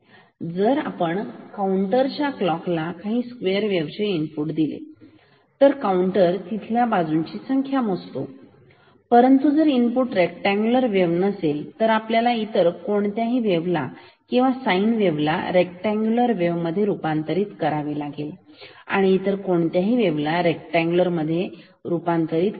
जर आपण काऊंटरच्या क्लॉकला काही स्क्वेअर वेबचे इनपुट दिले मग काउंटर तिथल्या बाजूंची संख्या मोजतो परंतु जर इनपुट रेक्टअँगल वेव्ह नसेल तर आपल्याला इतर कोणत्याही वेव्हला किंवा साइन वेव्हला रेक्टअँगल वेव्ह मध्ये रुपांतरीत करावे लागेल किंवा इतर कोणत्याही वेव्हला रेक्टांगुलार मध्ये रुपांतरीत करावे लागेल